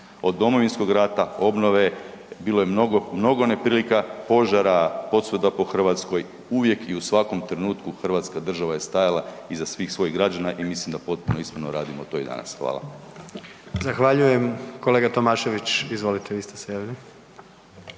od Domovinskog rata, obnove, bilo je mnogo neprilika, požara posvuda po Hrvatskoj, uvijek i u svakom trenutku Hrvatska država je stajala iza svih svojih građana i mislim da potpuno iskreno radimo to i danas. Hvala. **Jandroković, Gordan (HDZ)** Zahvaljujem. Kolega Tomašević, izvolite, vi ste se javili.